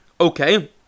Okay